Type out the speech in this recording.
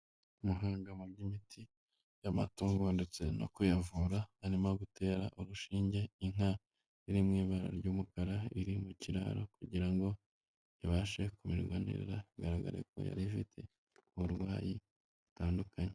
Umuhanga mu by'imiti y'amatungo ndetse no kuyavura arimo gutera urushinge inka iri mu ibara ry'umukara iri mu kiraro kugira ngo ibashe kumererwa neza bigaragare ko yari ifite uburwayi butandukanye.